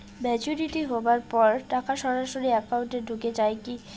Maturity হওয়ার পর টাকা সরাসরি একাউন্ট এ ঢুকে য়ায় কি?